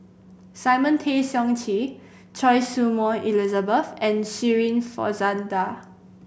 Simon Tay Seong Chee Choy Su Moi Elizabeth and Shirin Fozdar